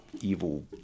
evil